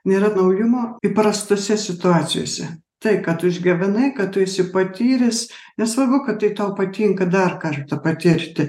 nėra naujumo įprastose situacijose tai ką tu išgyvenai ką tu esi patyręs nesvarbu kad tai tau patinka dar kartą patirti